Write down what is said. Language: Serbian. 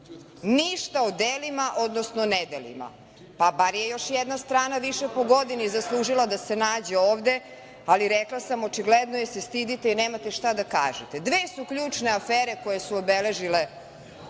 ništa o delima, odnosno nedelima. Pa bar je još jedna strana više po godini zaslužila da se nađe ovde, ali rekla sam, očigledno je se stidite i nemate šta da kažete. Dve su ključne afere koje su obeležile